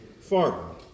farmer